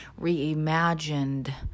reimagined